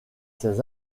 ses